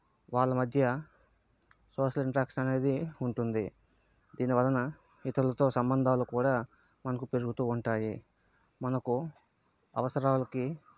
వాళ్ళ మధ్య social interaction అనేది ఉంటుంది దీని వలన ఇతరులతో సంబంధాలు కూడా మనకు పెరుగుతూ ఉంటాయి మనకు అవసరాలకి